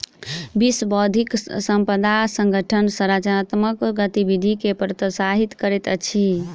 विश्व बौद्धिक संपदा संगठन रचनात्मक गतिविधि के प्रोत्साहित करैत अछि